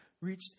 reached